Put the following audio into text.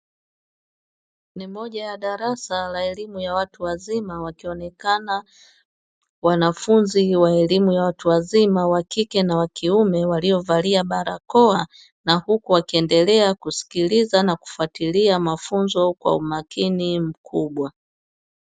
Ni moja ya darasa la elimu ya watu wazima wakionekana wanafunzi wa elimu ya watu wazima wakike na wa kiume waliovalia barakoa. Na huku wakiendelea kusikiliza na kufuatilia mafunzo kwa umakini mkubwa.